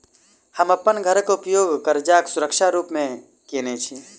हम अप्पन घरक उपयोग करजाक सुरक्षा रूप मेँ केने छी